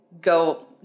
go